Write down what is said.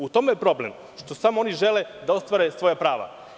U tome je problem što samo oni žele da ostvare svoja prava.